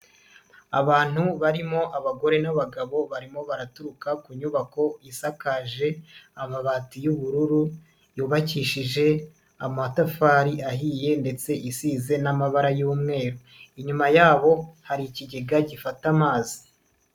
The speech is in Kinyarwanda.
Abantu barimo abagore n'abagabo, barimo baraturuka ku nyubako isakaje amabati y'ubururu, yubakishije amatafari ahiye ndetse isize n'amabara y'umweru, inyuma yabo hari ikigega gifata amazi.